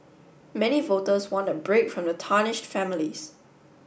many voters want a break from the tarnished families